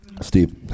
Steve